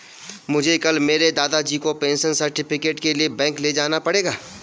मुझे कल मेरे दादाजी को पेंशन सर्टिफिकेट के लिए बैंक ले जाना पड़ेगा